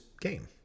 game